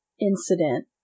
incident